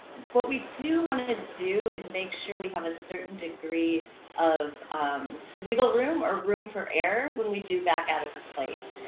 what we do wanna do is make sure we have a certain degree of wiggle room or room for error when we do back out of of place,